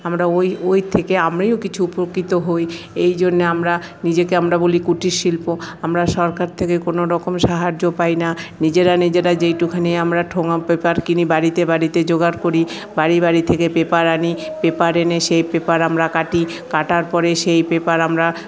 আমরা ওই ওই থেকে আমিও কিছু উপকৃত হই এই জন্যে আমরা নিজেকে আমরা বলি কুটির শিল্প আমরা সরকার থেকে কোনরকম সাহায্য পাই না নিজেরা নিজেরা যেইটুখানি আমরা ঠোঙা পেপার কিনি বাড়িতে বাড়িতে জোগাড় করি বাড়ি বাড়ি থেকে পেপার আনি পেপার এনে সে পেপার আমরা কাটি কাটার পরে সেই পেপার আমরা